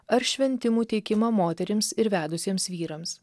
ar šventimų teikimą moterims ir vedusiems vyrams